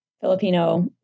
Filipino